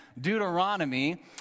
Deuteronomy